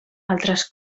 altres